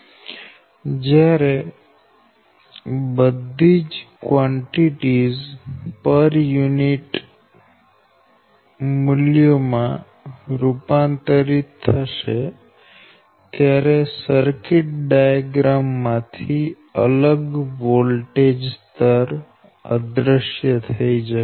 અને જ્યારે બધી જ કવાંટીટીઝ પર યુનિટ મૂલ્યો માં રૂપાંતરિત થશે ત્યારે સર્કિટ ડાયાગ્રામ માં થી અલગ વોલ્ટેજ સ્તર અદૃશ્ય થઈ જશે